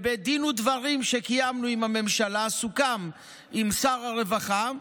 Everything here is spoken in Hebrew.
בדין ודברים שקיימנו עם הממשלה סוכם עם שר הרווחה,